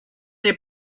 des